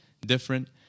different